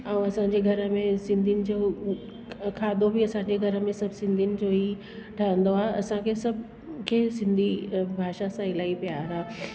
ऐं असांजे घर में सिंधीयुनि जो खाधो बि असांजे घर में सभु सिंधीयुनि जो ई ठहंदो आहे असांखे सभु खे सिंधी अ भाषा सां इलाही प्यार आहे